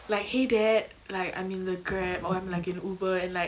like !hey! dad like I'm in the grab or in like an uber and like